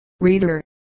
Reader